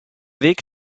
weg